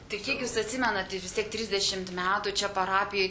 tai kiek jūs atsimenat vis tiek trisdešimt metų čia parapijai